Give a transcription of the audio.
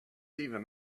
even